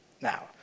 Now